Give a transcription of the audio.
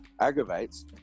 aggravates